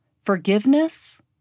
Forgiveness